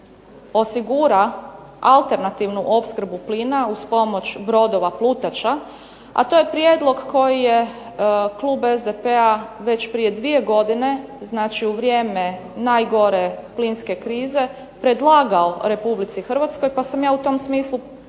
osigura alternativnu opskrbu plina uz pomoć brodova plutača, a to je prijedlog koji je klub SDP-a već prije dvije godine, znači u vrijeme najgore plinske krize predlagao Republici Hrvatskoj pa sam ja u tom smislu